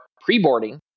pre-boarding